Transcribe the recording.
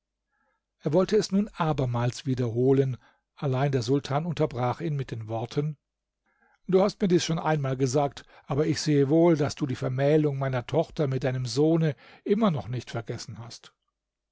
er wollte es nun abermals wiederholen allein der sultan unterbrach ihn mit den worten du hast mir dies schon einmal gesagt aber ich sehe wohl daß du die vermählung meiner tochter mit deinem sohne immer noch nicht vergessen hast